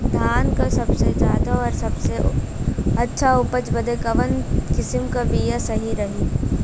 धान क सबसे ज्यादा और अच्छा उपज बदे कवन किसीम क बिया सही रही?